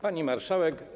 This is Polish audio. Pani Marszałek!